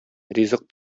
ризык